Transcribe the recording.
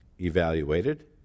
evaluated